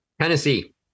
Tennessee